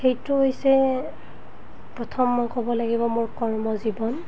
সেইটো হৈছে প্ৰথম মই ক'ব লাগিব মোৰ কৰ্মজীৱন